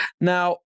Now